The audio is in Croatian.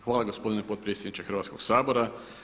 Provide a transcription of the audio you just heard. Hvala gospodine potpredsjedniče Hrvatskoga sabora.